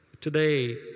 Today